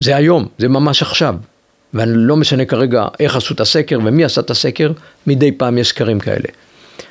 זה היום, זה ממש עכשיו ואני, לא משנה כרגע איך עשו את הסקר ומי עשה את הסקר, מדי פעם יש סקרים כאלה